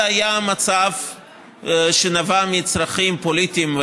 זה היה מצב שנבע מצרכים פוליטיים או